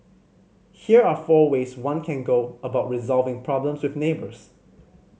here are four ways one can go about resolving problems with neighbours